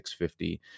650